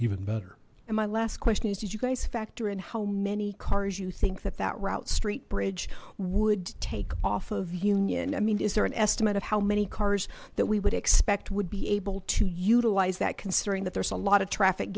even better and my last question is did you guys factor in how many cars you think that that route street bridge would take off of union i mean is there an estimate of how many cars that we would expect would be able to utilize that considering that there's a lot of traffic